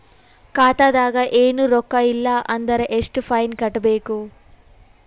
ಖಾತಾದಾಗ ಏನು ರೊಕ್ಕ ಇಲ್ಲ ಅಂದರ ಎಷ್ಟ ಫೈನ್ ಕಟ್ಟಬೇಕು?